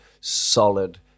solid